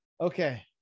okay